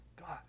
God